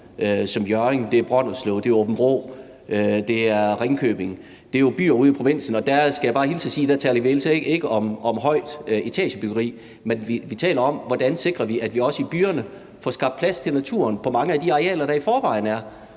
som Hjørring, Brønderslev, Aabenraa, Ringkøbing; det er jo byer ude i provinsen. Og der skal jeg bare hilse og sige, at vi i det hele taget ikke taler om højt etagebyggeri, men vi taler om, hvordan vi sikrer, at vi også i byerne får skabt plads til naturen på mange af de arealer, der i forvejen er,